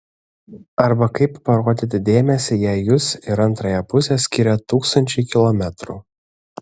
arba kaip parodyti dėmesį jei jus ir antrąją pusę skiria tūkstančiai kilometrų